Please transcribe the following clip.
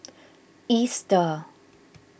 Easter